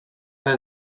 des